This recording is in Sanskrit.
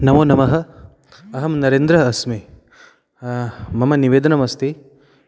नमो नमः अहं नरेन्द्रः अस्मि मम निवेदनम् अस्ति